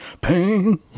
pain